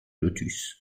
lotus